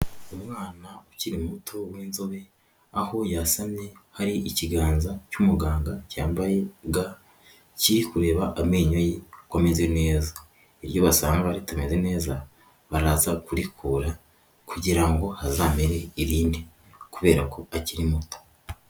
Umwana ukiri muto w'inzobe aho yasamye hari ikiganza cy'umuganga cyambaye ga kiri kureba amenyo ye ko ameze neza iryo basanga ritameze neza baraza kurikura kugira ngo hazamere irindi kubera ko akiri muto.